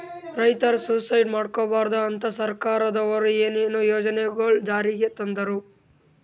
ರೈತರ್ ಸುಯಿಸೈಡ್ ಮಾಡ್ಕೋಬಾರ್ದ್ ಅಂತಾ ಸರ್ಕಾರದವ್ರು ಏನೇನೋ ಯೋಜನೆಗೊಳ್ ಜಾರಿಗೆ ತಂದಾರ್